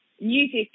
music